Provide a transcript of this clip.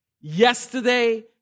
Yesterday